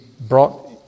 brought